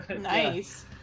nice